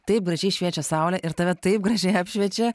taip gražiai šviečia saulė ir tave taip gražiai apšviečia